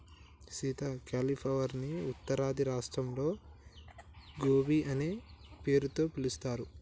Sita cauliflower ని ఉత్తరాది రాష్ట్రాల్లో గోబీ అనే పేరుతో పిలుస్తారు